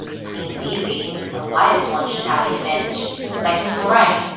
seems easy. the lightest one should have the advantage. second from the right.